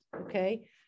okay